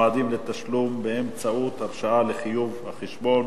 (מועדים לתשלום באמצעות הרשאה לחיוב החשבון),